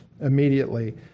immediately